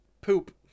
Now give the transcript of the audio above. Poop